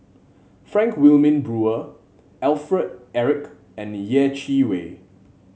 Frank Wilmin Brewer Alfred Eric and Yeh Chi Wei